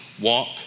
walk